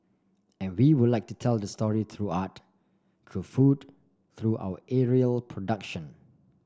and we would like to tell the story through art through food through our aerial production